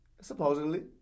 Supposedly